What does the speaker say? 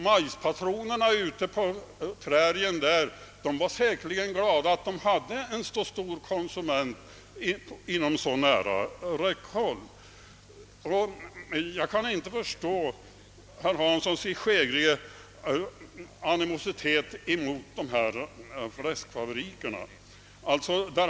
Majspatronerna ute på prärien var säkerligen glada över att ha en så stor konsument inom så nära räckhåll. Jag kan inte förstå herr Hanssons i Skegrie animosiet mot fläskfabrikerna.